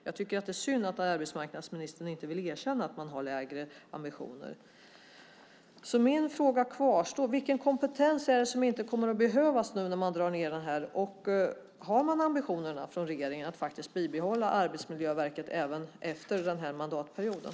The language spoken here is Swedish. Jag tycker att det är synd att arbetsmarknadsministern inte vill erkänna att man har lägre ambitioner. Så mina frågor kvarstår: Vilken kompetens är det som inte kommer att behövas nu när man drar ned? Och har man ambitionen från regeringens sida att faktiskt behålla Arbetsmiljöverket även efter den här mandatperioden?